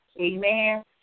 Amen